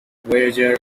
voyager